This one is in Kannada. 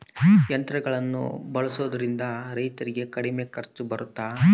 ಯಂತ್ರಗಳನ್ನ ಬಳಸೊದ್ರಿಂದ ರೈತರಿಗೆ ಕಡಿಮೆ ಖರ್ಚು ಬರುತ್ತಾ?